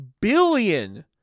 billion